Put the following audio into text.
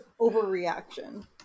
overreaction